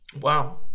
Wow